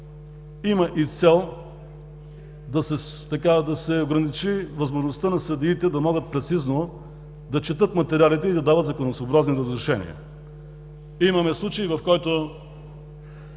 има и цел да се ограничи възможността на съдиите да могат прецизно да четат материалите и да дават законосъобразни разрешения. Имаме случай, в който